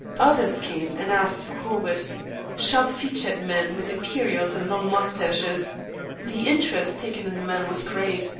others came and asked for corbett sharp-featured men with imperials and long moustaches the interest taken in the man was great,